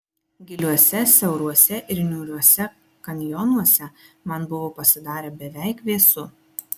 giliuose siauruose ir niūriuose kanjonuose man buvo pasidarę beveik vėsu